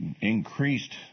increased